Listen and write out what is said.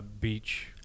beach